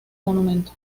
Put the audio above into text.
monumento